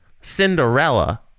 Cinderella